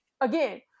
again